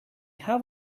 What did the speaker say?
have